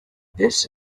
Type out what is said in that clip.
this